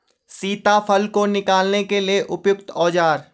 सीताफल को निकालने के लिए उपयुक्त औज़ार?